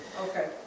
Okay